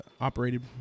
operated